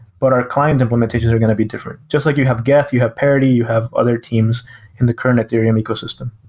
but our client implementations are going to be different. just like you have git, you have parity, you have other teams in the current ethereum ecosystem.